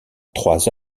trois